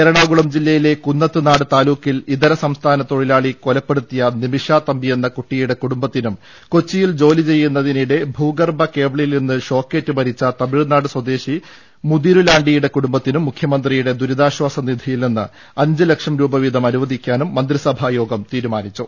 എറണാകുളം ജില്ലയിലെ കുന്നത്ത്നാട് താലൂക്കിൽ ഇതര സംസ്ഥാന തൊഴിലാളി കൊലപ്പെടുത്തിയ നിമിഷ തമ്പിയെന്ന കുട്ടി യുടെ കുടുംബത്തിനും കൊച്ചിയിൽ ജോലി ചെയ്യുന്നതിനിടെ ഭൂഗർഭ കേബിളിൽ നിന്ന് ഷോക്കേറ്റ് മരിച്ച തമിഴ്നാട് സ്വദേശി മുതിരുലാണ്ടിയുടെ കുടുംബത്തിനും മുഖ്യമന്ത്രിയുടെ ദുരിതാശ്വാസ നിധിയിൽ നിന്ന് അഞ്ച് ലക്ഷം രൂപ വീതം അനുവദിക്കാനും മന്ത്രി സഭാ യോഗം തീരുമാനിച്ചു